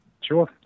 sure